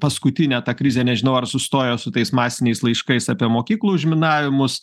paskutinę tą krizę nežinau ar sustojo su tais masiniais laiškais apie mokyklų užminavimus